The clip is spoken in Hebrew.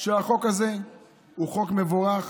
שהחוק הזה הוא חוק מבורך